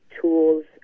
tools